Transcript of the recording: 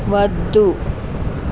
వద్దు